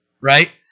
right